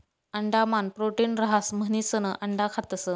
अंडा मान प्रोटीन रहास म्हणिसन अंडा खातस